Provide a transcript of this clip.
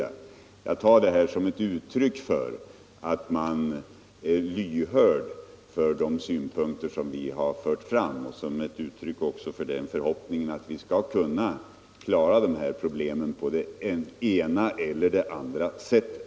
Jag tar detta som ett uttryck för att man är lyhörd för de synpunkter som vi har fört fram, och jag tar det också som utgångspunkt för min förhoppning att vi skall kunna klara dessa problem på det ena eller andra sättet.